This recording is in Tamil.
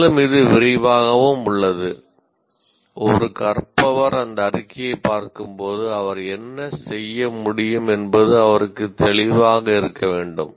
மேலும் இது விரிவாகவும் உள்ளது ஒரு கற்பவர் அந்த அறிக்கையைப் பார்க்கும்போது அவர் என்ன செய்ய முடியும் என்பது அவருக்குத் தெளிவாக இருக்க வேண்டும்